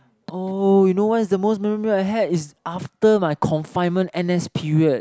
oh you know what's the most memorable meal I had is after my confinement n_s period